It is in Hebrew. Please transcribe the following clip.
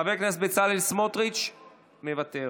חבר הכנסת בצלאל סמוטריץ' מוותר,